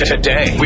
Today